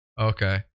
Okay